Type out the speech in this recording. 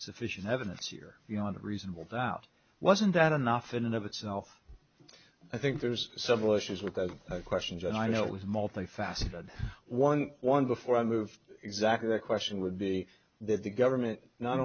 sufficient evidence here beyond reasonable doubt wasn't that enough in and of itself i think there's some bushes with those questions and i know it was multifaceted one one before i move exactly the question would be that the government not